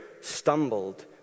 stumbled